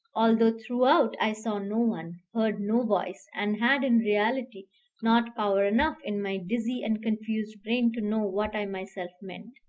although throughout i saw no one, heard no voice, and had in reality not power enough in my dizzy and confused brain to know what i myself meant.